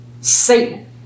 Satan